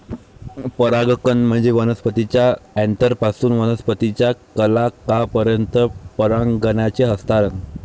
परागकण म्हणजे वनस्पतीच्या अँथरपासून वनस्पतीच्या कलंकापर्यंत परागकणांचे हस्तांतरण